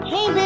Hey